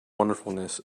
wonderfulness